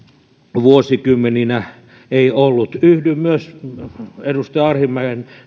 takavuosikymmeninä ei ollut yhdyn myös edustaja arhinmäen